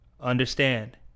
understand